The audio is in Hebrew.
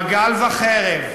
מגל וחרב,